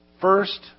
first